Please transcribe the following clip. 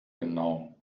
genau